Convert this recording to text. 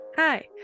Hi